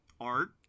art